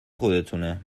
خودتونه